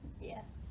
yes